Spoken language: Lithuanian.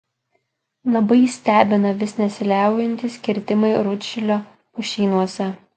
labai stebina vis nesiliaujantys kirtimai rūdšilio pušynuose